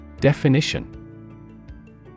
Definition